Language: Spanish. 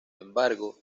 embargo